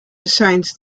assigns